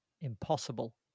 Impossible